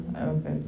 Okay